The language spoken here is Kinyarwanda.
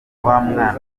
mwana